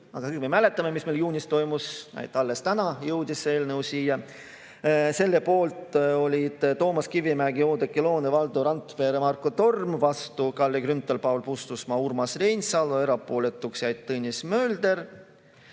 aga me mäletame, mis meil juunis toimus, seega alles täna jõudis see eelnõu siia. Selle poolt olid Toomas Kivimägi, Oudekki Loone, Valdo Randpere, Marko Torm, vastu Kalle Grünthal, Paul Puustusmaa, Urmas Reinsalu, erapooletuks jäi Tõnis Mölder.